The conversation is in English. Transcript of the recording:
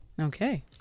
Okay